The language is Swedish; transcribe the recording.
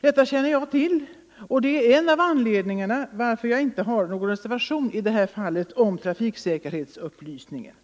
Detta känner jag till, och det är en av anledningarna till att jag inte har någon reservation i detta fall — om trafiksäkerhetsupplysningen.